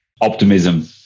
Optimism